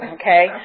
okay